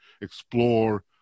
explore